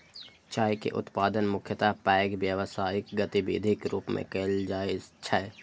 चाय के उत्पादन मुख्यतः पैघ व्यावसायिक गतिविधिक रूप मे कैल जाइ छै